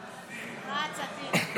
נגד.